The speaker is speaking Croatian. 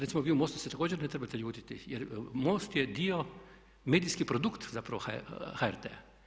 Recimo vi u MOST-u se također ne trebate ljutiti jer MOST je dio, medijski produkt zapravo HRT-a.